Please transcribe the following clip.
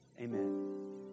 Amen